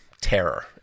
terror